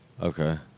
Okay